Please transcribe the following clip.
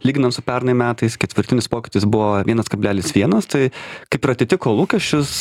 lyginant su pernai metais ketvirtinis pokytis buvo vienas kablelis vienas tai kaip ir atitiko lūkesčius